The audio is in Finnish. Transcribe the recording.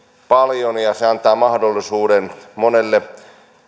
paljon ja se antaa mahdollisuuden monelle